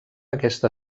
aquesta